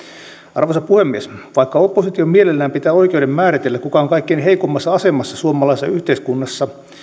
arvoisa puhemies vaikka oppositio mielellään pitää oikeuden määritellä kuka on kaikkein heikoimmassa asemassa suomalaisessa yhteiskunnassa